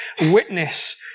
witness